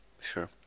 Sure